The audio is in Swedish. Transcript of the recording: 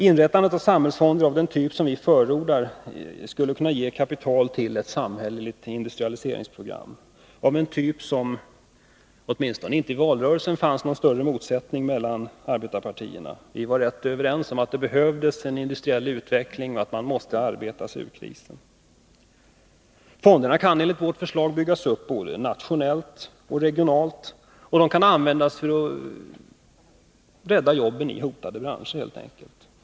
Inrättandet av samhällsfonder av den typ som vi förordar skulle kunna ge kapital till ett samhälleligt industrialiseringsprogram, om vilket det åtminstone inte i valrörelsen fanns någon större motsättning mellan arbetarpartierna. Vi var rätt överens om att det behövdes en industriell utveckling och att man måste arbeta sig ur krisen. Fonderna kan enligt vårt förslag byggas upp både nationellt och regionalt. De kan användas för att rädda jobben i hotade branscher helt enkelt.